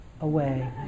away